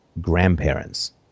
grandparents